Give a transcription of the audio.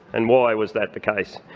and why was that the case?